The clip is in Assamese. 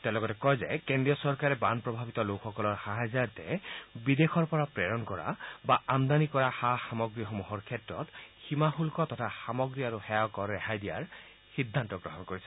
তেওঁ লগতে কয় যে কেস্ৰীয় চৰকাৰে বান প্ৰভাৱিত লোকসকলৰ সাহাৰ্যাৰ্থে বিদেশৰ পৰা প্ৰেৰণ কৰা বা আমদানী কৰা সা সামগ্ৰীসমূহক সীমাশুদ্ধ তথা সামগ্ৰী আৰু সেৱাকৰৰ ৰেহাই দিয়াৰ সিদ্ধান্ত গ্ৰহণ কৰিছে